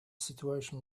situation